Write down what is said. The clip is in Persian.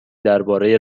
درباره